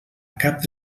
cap